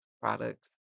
products